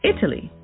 Italy